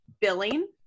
billing